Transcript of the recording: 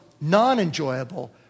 non-enjoyable